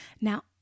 Now